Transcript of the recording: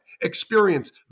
experience